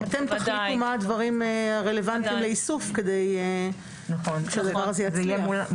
אתם תחליטו מה הדברים הרלוונטיים לאיסוף כדי שהדבר הזה יצליח.